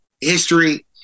history